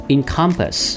Encompass